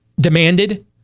demanded